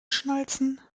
schnalzen